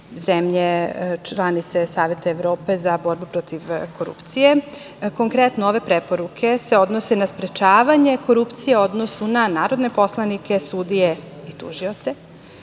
članice Saveta Evrope za borbu protiv korupcije. Konkretno, ove preporuke se odnose na sprečavanje korupcije u odnosu na narodne poslanike, sudije i tužioce